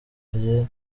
rye